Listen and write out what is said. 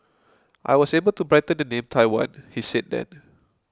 I was able to brighten the name Taiwan he said then